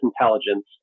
intelligence